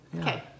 Okay